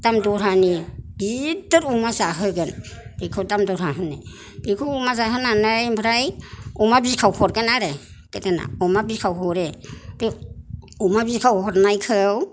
दाम दरहानि गिदिर अमा जाहोगोन बेखौ दाम दरहा होनो बेखौ अमा जाहोनानै ओमफ्राय अमा बिखाव हरगोन आरो गोदोना अमा बिखाव हरो बे अमा बिखाव हरनायखौ